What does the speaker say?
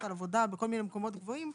על עבודה בכל מיני מקומות גבוהים,